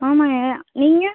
ஆமாம்ங்க ய நீங்கள்